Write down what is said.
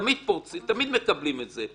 תמיד מקבלים את זה,